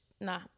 Nah